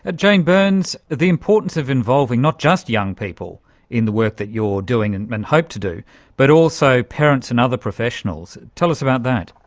ah jane burns, the importance of involving not just young people in the work that you're doing and hope to do but also parents and other professionals, tell us about that.